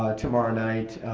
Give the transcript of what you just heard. ah tomorrow night,